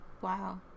Wow